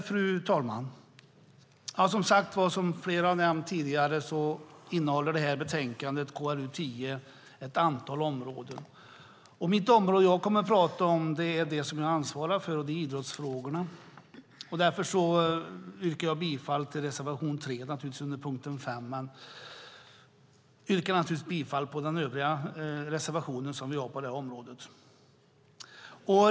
Fru talman! Som flera tidigare talare nämnt innehåller detta betänkande, KrU10, ett antal områden. Det område jag kommer att prata om är det som jag ansvarar för, nämligen idrottsfrågorna. Därför yrkar jag bifall till reservation 3 under punkt 5, men står självklart bakom de övriga reservationer vi har.